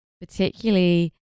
Particularly